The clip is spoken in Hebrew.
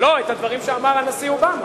את הדברים שאמר הנשיא אובמה.